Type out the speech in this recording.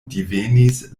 divenis